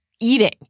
eating